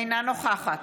אינה נוכחת